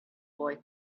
boy